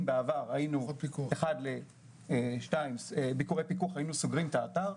אם בעבר ב-1:2 ביקורי פיקוח היינו סוגרים את האתר,